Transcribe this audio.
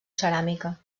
ceràmica